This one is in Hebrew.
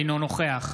אינו נוכח